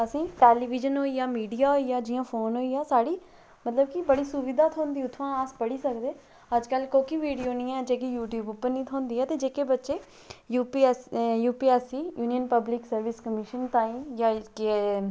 असें ई टेलीविज़न होइया मीडिया होइया जियां फोन होइया साढ़ी मतलब की बड़ी सुविधा थ्होंदी ते अस पढ़ी सकदे ते अज्जकल कोह्की वीडियो ऐ जेह्की यूट्यूब पर निं थ्होंदी ते जेह्के बच्चे UPSC union public commission union ताहीं